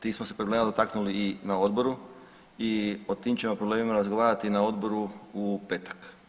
Tih smo se problema dotaknuli i na odboru i o tim ćemo problemima razgovarati na odboru u petak.